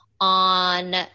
on